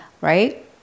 right